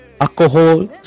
Alcohol